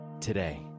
today